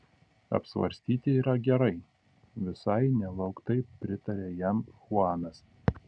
apsvarstyti yra gerai visai nelauktai pritarė jam chuanas